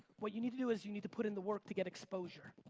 what you need to do is you need to put in the work to get exposure.